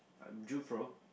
I'm Jufro